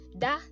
da